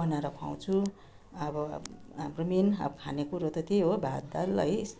बनाएर खुवाउँछु अब हाम्रो मेन खानेकुरो त त्यही हो भात दाल है